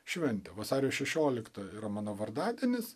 šventė vasario šešioliktą yra mano vardadienis